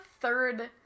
third